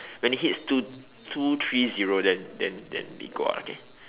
when it hits two two three zero then then then we go out okay